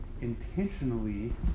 intentionally